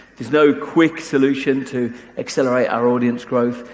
there's no quick solution to accelerate our audience growth.